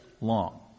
long